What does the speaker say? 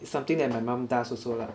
it's something that my mum does also lah